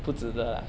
不值得